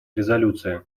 резолюции